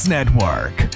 Network